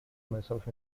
myself